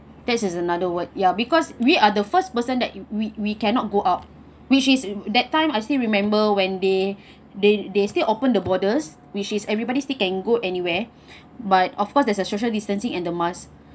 that is another word ya because we are the first person that we we cannot go out which is that time I still remember when they they they still open the borders which is everybody's can go anywhere but of course there's a social distancing and the mask